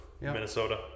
Minnesota